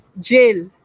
jail